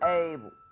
able